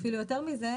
אפילו יותר מזה,